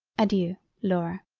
adeiu laura.